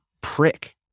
prick